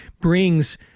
brings